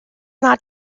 not